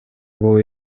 бул